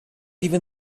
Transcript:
even